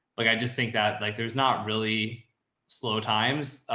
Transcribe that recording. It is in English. like i just think that like, there's not really slow times.